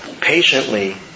patiently